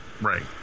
right